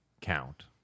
count